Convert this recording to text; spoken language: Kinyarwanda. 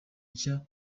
nshya